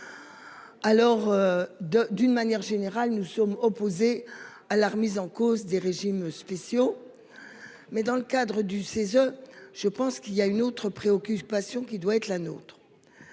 Alors. D'une manière générale, nous sommes opposés à la remise en cause des régimes spéciaux. Mais dans le cadre du CESE. Je pense qu'il y a une autre préoccupation qui doit être la nôtre.